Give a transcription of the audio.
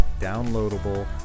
downloadable